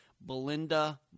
Belinda